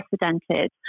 unprecedented